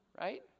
right